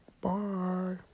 bye